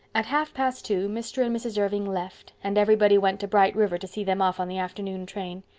at half past two mr. and mrs. irving left, and everybody went to bright river to see them off on the afternoon train.